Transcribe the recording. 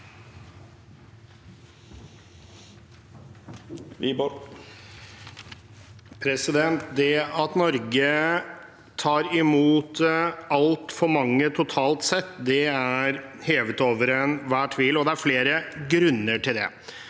Det at Norge tar imot altfor mange totalt sett, er hevet over enhver tvil, og det er flere grunner til det.